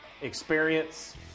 Experience